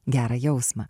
gerą jausmą